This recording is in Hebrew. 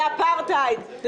לאפרטהייד,